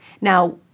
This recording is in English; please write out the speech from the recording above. Now